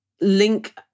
link